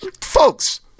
Folks